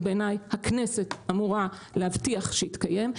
ובעיני הכנסת אמורה להבטיח שיתקיים,